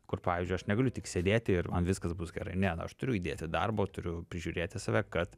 kur pavyzdžiui aš negaliu tik sėdėti ir man viskas bus gerai ne aš turiu įdėti darbo turiu prižiūrėti save kad